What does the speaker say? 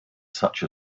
such